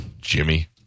Jimmy